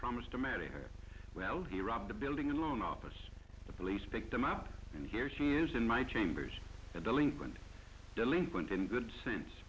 promised to marry her well he robbed the building and loan office the police picked him up and here she is in my chambers the delinquent delinquent in good sense